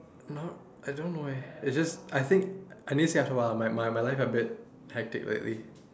no I don't know eh it's just I think I need to see a while my my my life a bit hectic lately